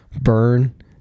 burn